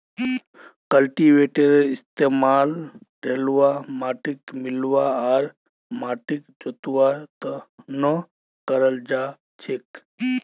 कल्टीवेटरेर इस्तमाल ढिलवा माटिक मिलव्वा आर माटिक जोतवार त न कराल जा छेक